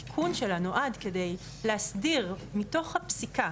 התיקון שלה נועד כדי להסדיר מתוך הפסיקה.